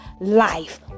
life